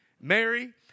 Mary